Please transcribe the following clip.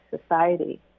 society